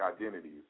identities